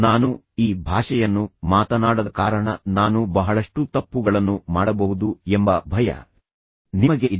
ನಾನು ಈ ಭಾಷೆಯನ್ನು ಮಾತನಾಡದ ಕಾರಣ ನಾನು ಬಹಳಷ್ಟು ತಪ್ಪುಗಳನ್ನು ಮಾಡಬಹುದು ಎಂಬ ಭಯ ನಿಮಗೆ ಇದೆ